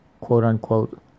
quote-unquote